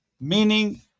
Meaning